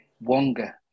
Wonga